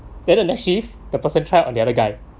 then the next shift the person tried on the other guy